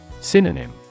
Synonym